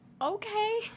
Okay